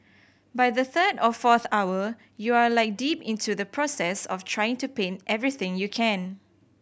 by the third or fourth hour you are like deep into the process of trying to paint everything you can